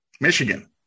Michigan